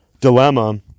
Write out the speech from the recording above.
dilemma